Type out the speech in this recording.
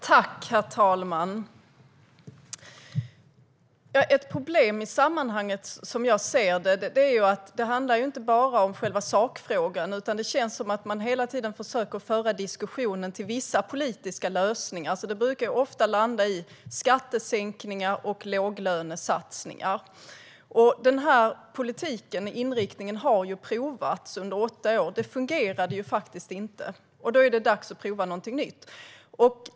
Herr talman! Ett problem i sammanhanget, som jag ser det, är att det inte bara handlar om själva sakfrågan. Det känns som att man hela tiden försöker föra diskussionen till vissa politiska lösningar, och det brukar ofta landa i skattesänkningar och låglönesatsningar. Den inriktningen i politiken har ju provats under åtta år. Det fungerade faktiskt inte, och då är det dags att prova någonting nytt.